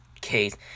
case